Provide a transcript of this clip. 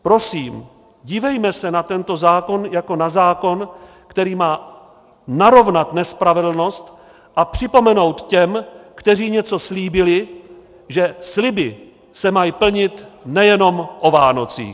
Prosím tedy, dívejme se na tento zákon jako na zákon, který má narovnat nespravedlnost a připomenout těm, kteří něco slíbili, že sliby se mají plnit nejenom o Vánocích.